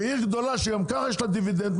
בעיר גדולה שגם ככה יש לה דיבידנד,